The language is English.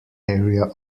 area